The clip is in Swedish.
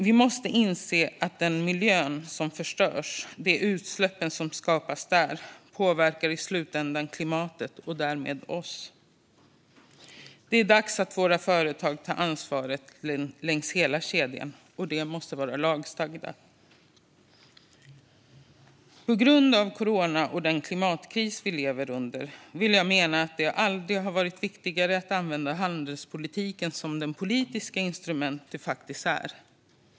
Vi måste inse att den miljö som förstörs och de utsläpp som skapas där i slutändan påverkar klimatet och därmed oss. Det är dags att våra företag tar ansvar längs hela kedjan. Detta måste vara lagstadgat. På grund av coronapandemin och den klimatkris vi lever under har det aldrig varit viktigare att använda handelspolitiken som det politiska instrument den faktiskt är.